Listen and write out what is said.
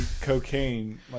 cocaine